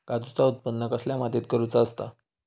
काजूचा उत्त्पन कसल्या मातीत करुचा असता?